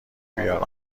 بیار